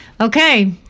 Okay